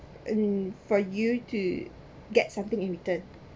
and for you to get something in return